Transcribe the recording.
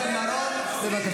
חבר הכנסת צבי סוכות, אינו נוכח.